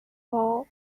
four